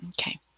Okay